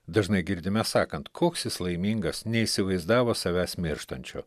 dažnai girdime sakant koks jis laimingas neįsivaizdavo savęs mirštančio